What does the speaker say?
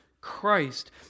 Christ